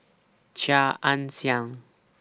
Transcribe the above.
Chia Ann Siang